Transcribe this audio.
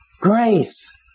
Grace